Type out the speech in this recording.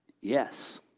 Yes